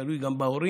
תלוי גם בהורים,